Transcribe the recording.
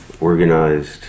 organized